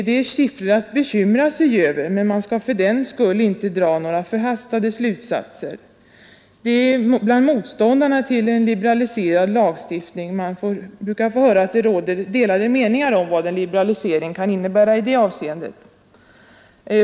Det är siffror att bekymra sig över, men man skall fördenskull inte dra några förhastade slutsatser. Motståndarna till en liberaliserad lagstiftning brukar hävda att det råder delade meningar om vad en liberalisering kan innebära i det avseendet.